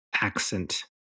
accent